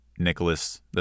Nicholas